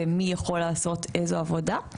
ומי יכול לעשות איזו עבודה.